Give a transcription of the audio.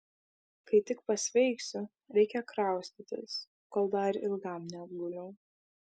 kai tik pasveiksiu reikia kraustytis kol dar ilgam neatguliau